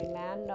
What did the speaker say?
man